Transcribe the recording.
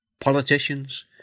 politicians